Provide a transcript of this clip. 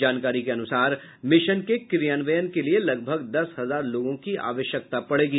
जानकारी के अनुसार मिशन के क्रियान्वयन के लिए लगभग दस हजार लोगों की आवश्यकता पड़ेगी